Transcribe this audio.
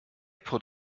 put